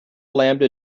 lambda